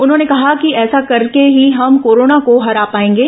उन्होंने कहा कि ऐसा करके ही हम कोरोना को हरा पाएंगे